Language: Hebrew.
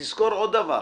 תזכור עוד דבר,